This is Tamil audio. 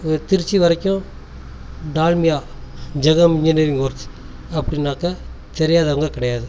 திருச்சி வரைக்கும் டால்மியா ஜெகம் இன்ஜினியரிங் ஒர்க் அப்டின்னாக்கா தெரியாதவங்கள் கிடையாது